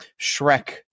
Shrek